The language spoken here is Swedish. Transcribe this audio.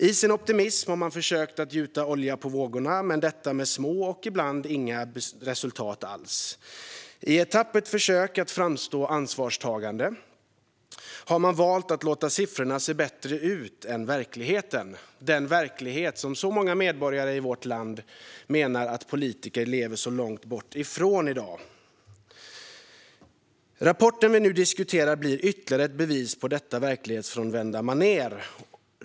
I sin optimism har man försökt att gjuta olja på vågorna, men detta har gett små och ibland inga resultat alls. I ett tappert försök att framstå som ansvarstagande har man valt att låta siffrorna se bättre ut än verkligheten. Väldigt många medborgare i vårt land menar att politikerna lever långt ifrån denna verklighet. Rapporten vi nu diskuterar blir ytterligare ett bevis på detta verklighetsfrånvända manér.